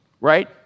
right